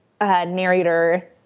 Narrator